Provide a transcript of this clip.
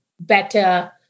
better